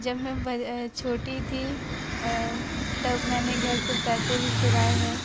जब में छोटी थी तब मैंने घर से पैसे भी चुराए है